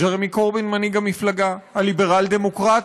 ג'רמי קורבין, מנהיג מפלגה, הליברל-דמוקרטים,